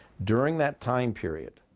during that time period,